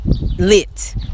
lit